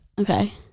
Okay